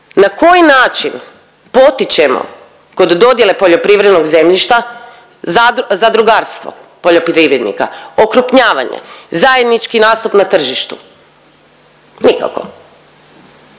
na koji način potičemo kod dodjele poljoprivrednog zemljišta zadrugarstvo poljoprivrednika, okrupnjavanje, zajednički nastup na tržištu? Nikako.